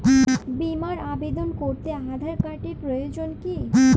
বিমার আবেদন করতে আধার কার্ডের প্রয়োজন কি?